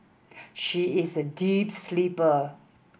she is a deep sleeper